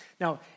Now